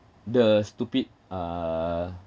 the stupid uh